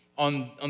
on